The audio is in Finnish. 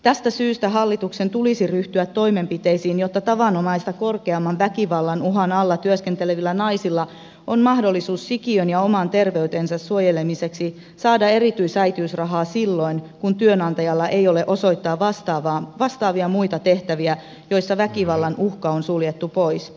tästä syystä hallituksen tulisi ryhtyä toimenpiteisiin jotta tavanomaista korkeamman väkivallan uhan alla työskentelevillä naisilla on mahdollisuus sikiön ja oman terveytensä suojelemiseksi saada erityisäitiysrahaa silloin kun työnantajalla ei ole osoittaa vastaavia muita tehtäviä joissa väkivallan uhka on suljettu pois